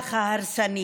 למהלך ההרסני